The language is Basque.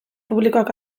publikoak